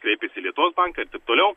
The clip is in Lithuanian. kreipėsi į lietuvos banką ir taip toliau